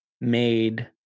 made